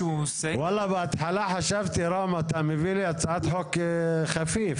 בהתחלה חשבתי שאתה מביא לי הצעת חוק חפיף,